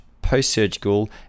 post-surgical